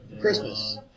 Christmas